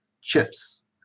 chips